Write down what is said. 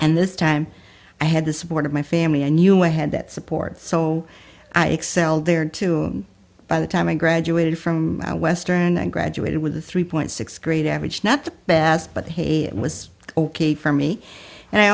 and this time i had the support of my family i knew i had that support so i excelled there too by the time i graduated from western i graduated with a three point six grade average not the best but hey it was ok for me and i